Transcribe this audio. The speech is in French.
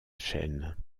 chaîne